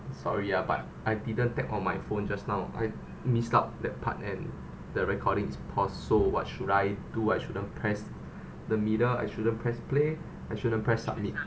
sorry ah but I didn't tap on my phone just now I missed out that part and the recording is paused so what should I do I shouldn't press the middle I shouldn't press play I shouldn't press submit